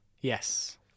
Yes